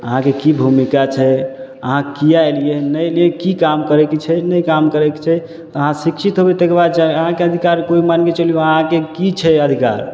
अहाँके कि भूमिका छै अहाँ किएक अएलिए नहि अएलिए कि काम करैके छै नहि काम करैके छै तऽ अहाँ शिक्षित हेबै ताहिके बाद अहाँके अधिकार कोइ मानिके चलू अहाँके कि छै अधिकार